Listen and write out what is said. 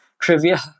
trivia